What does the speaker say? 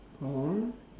oh